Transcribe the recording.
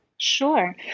Sure